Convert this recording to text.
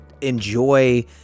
enjoy